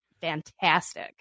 fantastic